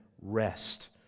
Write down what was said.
rest